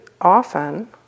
often